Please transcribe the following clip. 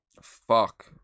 fuck